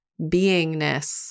beingness